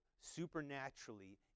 supernaturally